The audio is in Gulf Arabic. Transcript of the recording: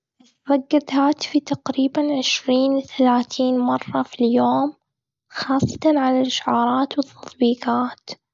أتفقد هاتفي تقريباً عشرين تلاتين مرة في اليوم، خاصة على الإشعارات والتطبيقات.